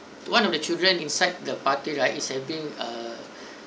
one of the children inside the party right is having err